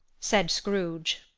said scrooge.